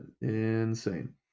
insane